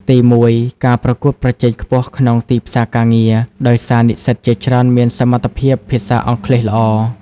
ទីមួយ ការប្រកួតប្រជែងខ្ពស់ក្នុងទីផ្សារការងារ ដោយសារនិស្សិតជាច្រើនមានសមត្ថភាពភាសាអង់គ្លេសល្អ។